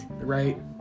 Right